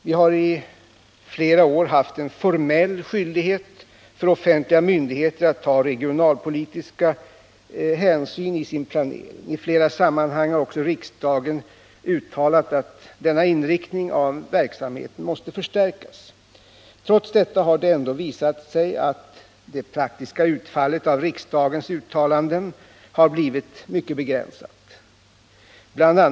Det har i flera år funnits en formell skyldighet för offentliga myndigheter att ta regionalpolitiska hänsyn i sin planering. I flera sammanhang har också riksdagen uttalat att denna inriktning av verksamheten måste förstärkas. Trots det har det visat sig att det praktiska utfallet av riksdagens uttalanden har blivit mycket begränsat. Bl.